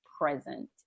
present